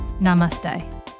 Namaste